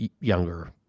younger